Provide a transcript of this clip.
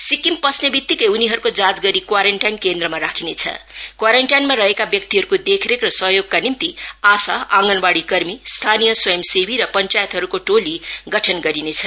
सिक्किम पस्ने वितिकै उनीहरूको जांच गरी क्वारेन्टीन केन्द्रमा राखिनेछ क्वारिन्टिन मा रहेका व्यक्तिहरूको देखरेख र सहयोगका निम्ति आसा आँगनवाडी कर्मी स्थानीय स्वयंसेवी र पञ्चायतहरूको टोली गठन गरिनेछ